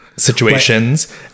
situations